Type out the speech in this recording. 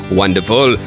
Wonderful